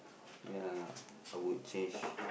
ya I would change